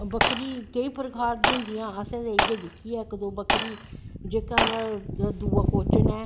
बकरी केंई प्रकार दी होंदी ऐ असैं ते इयै दिक्खी ऐ इक दो प्रकार दी जेह्का एह्दा दूआ कव्शन ऐ